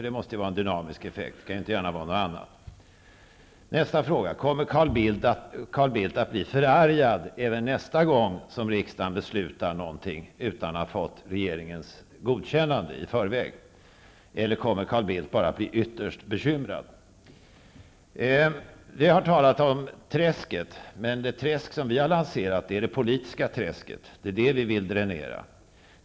Det måste ju vara en dynamisk effekt -- det kan inte gärna vara något annat. Kommer Carl Bildt att bli förargad även nästa gång som riksdagen beslutar någonting utan att ha fått regeringens godkännande i förväg? Eller kommer Carl Bildt bara att bli ytterst bekymrad? Det har talats om träsket. Det träsk som vi har lanserat är det politiska träsket; det är det vi vill dränera.